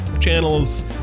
channels